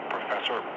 Professor